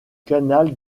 canal